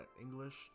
English